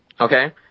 Okay